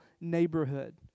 neighborhood